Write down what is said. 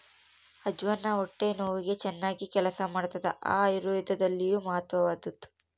ಅಜ್ವಾನ ಹೊಟ್ಟೆ ನೋವಿಗೆ ಚನ್ನಾಗಿ ಕೆಲಸ ಮಾಡ್ತಾದ ಆಯುರ್ವೇದದಲ್ಲಿಯೂ ಮಹತ್ವದ್ದು